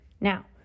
Now